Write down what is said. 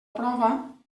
prova